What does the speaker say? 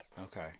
Okay